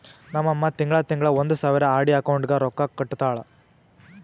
ನಮ್ ಅಮ್ಮಾ ತಿಂಗಳಾ ತಿಂಗಳಾ ಒಂದ್ ಸಾವಿರ ಆರ್.ಡಿ ಅಕೌಂಟ್ಗ್ ರೊಕ್ಕಾ ಕಟ್ಟತಾಳ